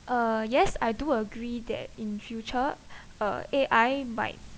uh yes I do agree that in future uh A_I might